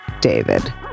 David